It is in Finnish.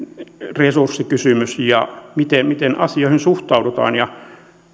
resurssikysymys ja se miten asioihin suhtaudutaan